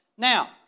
Now